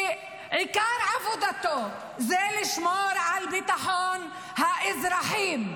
שעיקר עבודתו זה לשמור על ביטחון האזרחים,